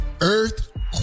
earthquake